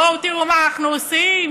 בואו תראו מה אנחנו עושים.